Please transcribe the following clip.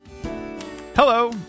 Hello